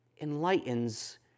enlightens